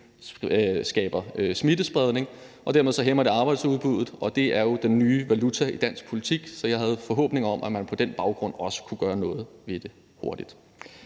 skaber smittespredning, hvilket dermed hæmmer arbejdsudbuddet. Det er jo den nye valuta i dansk politik, så jeg havde en forhåbning om, at man på den baggrund også kunne gøre noget ved det hurtigt.